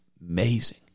Amazing